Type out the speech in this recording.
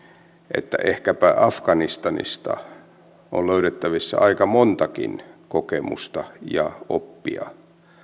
että ehkäpä afganistanista on löydettävissä aika montakin kokemusta ja oppia